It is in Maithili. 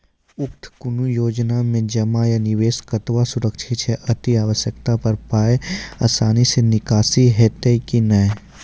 उक्त कुनू योजना मे जमा या निवेश कतवा सुरक्षित छै? अति आवश्यकता पर पाय आसानी सॅ निकासी हेतै की नै?